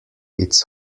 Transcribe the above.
its